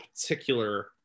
particular